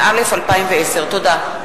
התשע"א 2010. תודה.